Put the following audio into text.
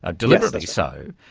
ah deliberately so.